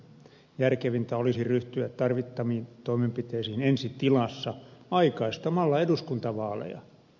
järkevintä olisi ryhtyä tarvittaviin toimenpiteisiin ensi tilassa aikaistamalla eduskuntavaaleja